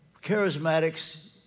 charismatics